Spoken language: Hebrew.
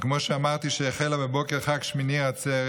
כמו שאמרתי, שהחלה בבוקר חג שמיני עצרת.